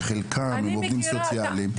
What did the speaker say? שחלקם הם עובדים סוציאליים --- אני מכירה.